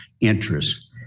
interests